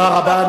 תודה רבה,